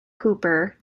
hooper